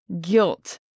guilt